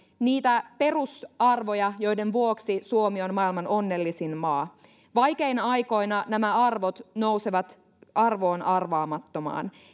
niitä perusarvoja joiden vuoksi suomi on maailman onnellisin maa vaikeina aikoina nämä arvot nousevat arvoon arvaamattomaan